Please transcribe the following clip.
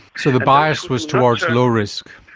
so the bias was towards low risk.